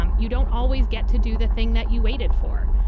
um you don't always get to do the thing that you waited for.